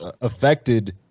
affected